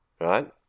Right